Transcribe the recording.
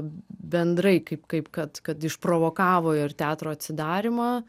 bendrai kaip kaip kad kad išprovokavo ir teatro atsidarymą